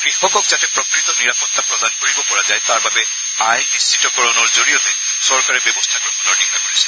কৃষকক যাতে প্ৰকৃত নিৰাপত্তা প্ৰদান কৰিব পৰা যায় তাৰ বাবে আয় নিশ্চিতকৰণৰ জৰিয়তে চৰকাৰে ব্যৱস্থা গ্ৰহণৰ দিহা কৰিছে